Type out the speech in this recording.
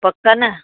पक न